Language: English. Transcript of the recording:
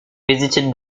visited